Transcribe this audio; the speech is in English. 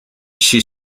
she